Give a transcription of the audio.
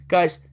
Guys